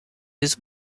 his